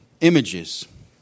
images